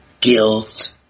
guilt